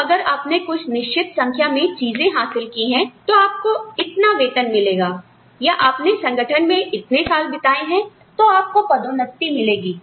तो अगर आपने कुछ निश्चित संख्या में चीजें हासिल की हैं तो आपको इतना वेतन मिलेगा या आपने संगठन में इतने साल बिताए हैं तो आपको पदोन्नति मिलेगी